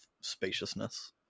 spaciousness